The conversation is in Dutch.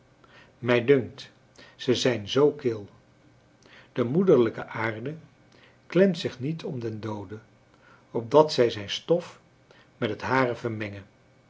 mij dunkt ze zijn zoo kil de moederlijke aarde klemt zich niet om den doode opdat hij zijn stof met het hare vermenge